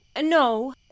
No